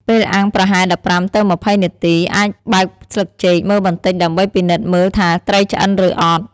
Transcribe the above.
ពេលអាំងប្រហែល ១៥ ទៅ ២០ នាទី អាចបើកស្លឹកចេកមើលបន្តិចដើម្បីពិនិត្យមើលថាត្រីឆ្អិនឬអត់។